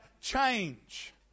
change